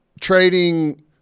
trading